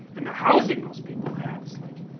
and the housing most people had, it's like